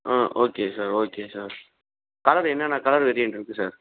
ஆ okay sir okay sir colour என்னென்ன colour வேரியன்ட்ருக்கு sir